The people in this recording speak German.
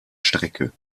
stecke